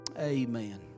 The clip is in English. Amen